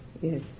Yes